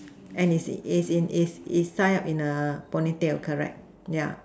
and is it is in is is tied up in a ponytail correct yeah